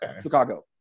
Chicago